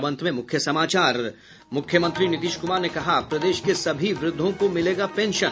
और अब अंत में मुख्य समाचार मुख्यमंत्री नीतीश कुमार ने कहा प्रदेश के सभी वृद्धों को मिलेगा पेंशन